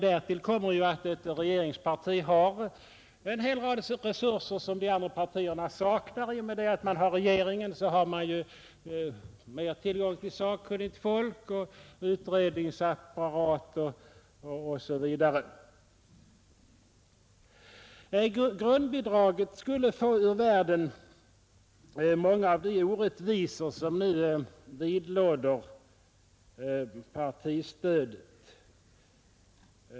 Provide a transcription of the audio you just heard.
Därtill kommer ju att ett regeringsparti har en hel rad resurser som de andra partierna saknar. I och med att man är i regeringsställning har man större tillgång till sakkunnigt folk, utredningsapparater osv. Grundbidraget skulle få ur världen många av de orättvisor som nu vidlåder partistödet.